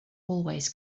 always